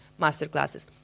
masterclasses